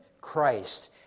Christ